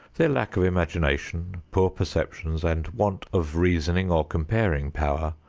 their lack of imagination, poor perceptions and want of reasoning or comparing power,